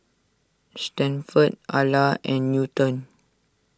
Stanford Ala and Newton